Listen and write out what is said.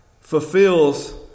fulfills